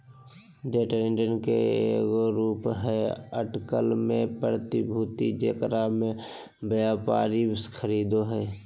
day trading के एगो रूप हइ अटकल में प्रतिभूति जेकरा में व्यापारी खरीदो हइ